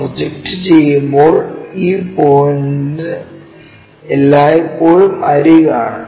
project ചെയ്യുമ്പോൾ ഈ point എല്ലായ്പ്പോഴും അരിക് ആണ്